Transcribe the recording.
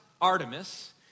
Artemis